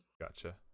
gotcha